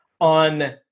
on